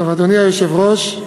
אדוני היושב-ראש,